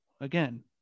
again